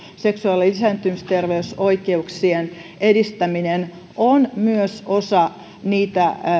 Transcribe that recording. seksuaali ja lisääntymisterveysoikeuksien edistäminen on myös osa